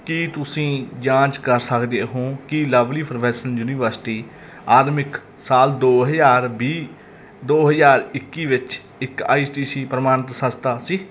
ਕੀ ਤੁਸੀਂ ਜਾਂਚ ਕਰ ਸਕਦੇ ਹੋ ਕੀ ਲਵਲੀ ਪ੍ਰੋਫੈਸ਼ਨਲ ਯੂਨੀਵਰਸਿਟੀ ਅਕਾਦਮਿਕ ਸਾਲ ਦੋ ਹਜ਼ਾਰ ਵੀਹ ਦੋ ਹਜ਼ਾਰ ਇੱਕੀ ਵਿੱਚ ਇੱਕ ਆਈ ਸੀ ਟੀ ਈ ਪ੍ਰਵਾਨਿਤ ਸੰਸਥਾ ਸੀ